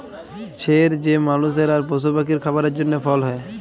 ছের যে মালুসের আর পশু পাখির খাবারের জ্যনহে ফল হ্যয়